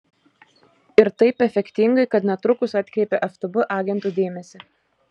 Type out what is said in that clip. ir taip efektingai kad netrukus atkreipia ftb agentų dėmesį